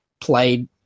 played